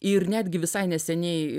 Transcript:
ir netgi visai neseniai